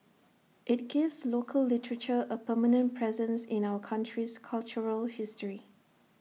IT gives local literature A permanent presence in our country's cultural history